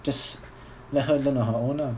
just let her learn on her own ah